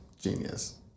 genius